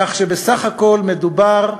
כך שבסך הכול מדובר,